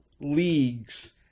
leagues